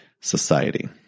society